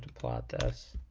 flat earth